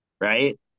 right